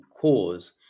cause